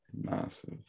massive